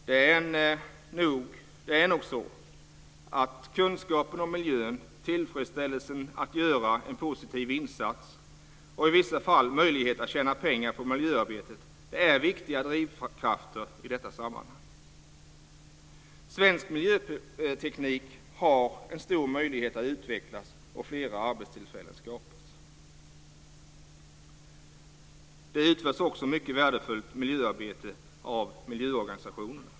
Det är nog så att kunskapen om miljön, tillfredsställelsen att göra en positiv insats och i vissa fall möjlighet att tjäna pengar på miljöarbetet är viktiga drivkrafter i detta sammanhang. Svensk miljöteknik har en stor möjlighet att utvecklas, och därmed skapas fler arbetstillfällen. Det utförs också mycket värdefullt miljöarbete av miljöorganisationerna.